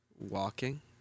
Walking